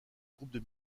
groupes